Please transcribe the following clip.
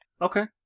Okay